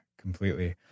completely